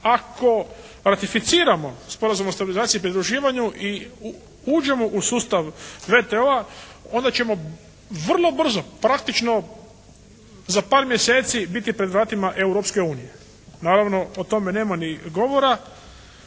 ako ratificiramo Sporazum o stabilizaciji i pridruživanju i uđemo u sustav WTO-a onda ćemo vrlo brzo, praktično za par mjeseci biti pred vratima Europske unije. Naravno o tome nema ni govora,